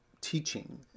teaching